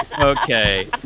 Okay